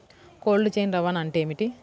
Cold chain రవాణా అంటే ఏమిటీ?